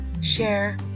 share